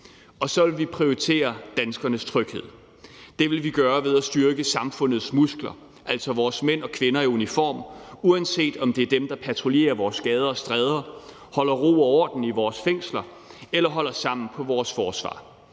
Og så vil vi prioritere danskernes tryghed. Det vil vi gøre ved at styrke samfundets muskler, altså vores mænd og kvinder i uniform, uanset om det er dem, der patruljerer vores gader og stræder, holder ro og orden i vores fængsler eller holder sammen på vores forsvar.